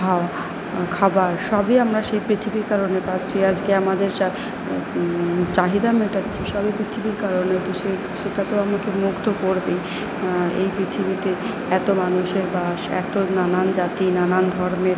হাওয়া খাবার সবই আমরা সেই পৃথিবীর কারণে পাচ্ছি আজকে আমাদের চাহিদা মেটাচ্ছি সবই পৃথিবীর কারণে তো সেই সেটা তো আমাকে মুগ্ধ করবেই এই পৃথিবীতে এতো মানুষের বাস এতো নানান জাতি নানান ধর্মের